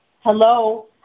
Hello